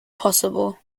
possible